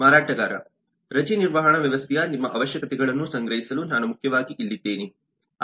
ಮಾರಾಟಗಾರ ರಜೆ ನಿರ್ವಹಣಾ ವ್ಯವಸ್ಥೆಯ ನಿಮ್ಮ ಅವಶ್ಯಕತೆಗಳನ್ನು ಸಂಗ್ರಹಿಸಲು ನಾನು ಮುಖ್ಯವಾಗಿ ಇಲ್ಲಿದ್ದೇನೆ